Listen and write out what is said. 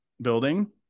building